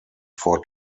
four